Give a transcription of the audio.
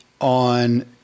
on